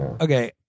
Okay